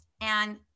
and-